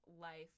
life